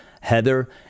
Heather